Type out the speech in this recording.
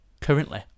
currently